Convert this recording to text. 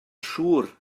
siŵr